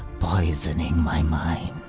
poisoning my mind.